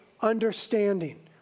understanding